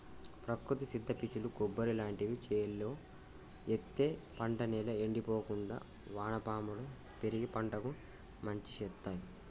ప్రకృతి సిద్ద పీచులు కొబ్బరి లాంటివి చేలో ఎత్తే పంట నేల ఎండిపోకుండా వానపాములు పెరిగి పంటకు మంచి శేత్తాయ్